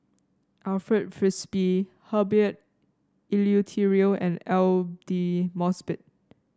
Alfred Frisby Herbert Eleuterio and Aidli Mosbit